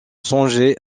songeait